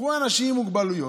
קחו אנשים עם מוגבלויות,